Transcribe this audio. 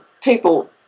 people